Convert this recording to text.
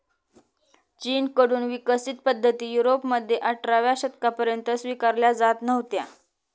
चीन कडून विकसित पद्धती युरोपमध्ये अठराव्या शतकापर्यंत स्वीकारल्या जात नव्हत्या